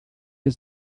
has